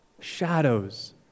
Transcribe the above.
Shadows